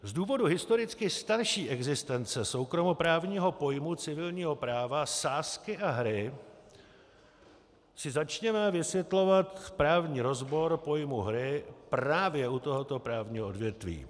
Z důvodu historicky starší existence soukromoprávního pojmu civilního práva sázky a hry si začněme vysvětlovat právní rozbor pojmu hry právě u tohoto právního odvětví.